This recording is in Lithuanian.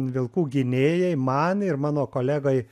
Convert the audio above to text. vilkų gynėjai man ir mano kolegai